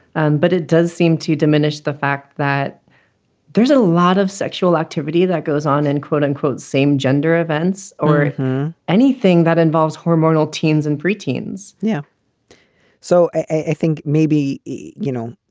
and but it does seem to diminish the fact that there's a lot of sexual activity that goes on and quote unquote, same gender events or anything that involves hormonal teens and pre-teens. yeah so i think maybe, you know,